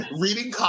reading